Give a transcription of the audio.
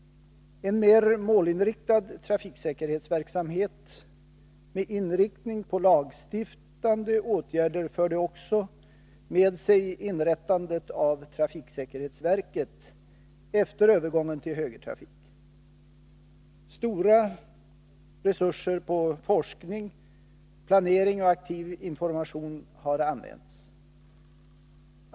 En mer målinriktad trafiksäkerhetsverksamhet med inriktning på lagstiftande åtgärder förde också med sig inrättandet av trafiksäkerhetsverket efter övergången till högertrafik. Stora resurser på forskning, planering och aktiv information har använts.